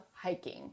hiking